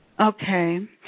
Okay